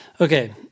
Okay